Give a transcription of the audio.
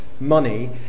money